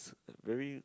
very